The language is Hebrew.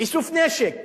איסוף נשק.